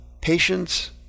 patience